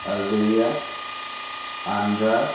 Algeria আনন্দ্ৰা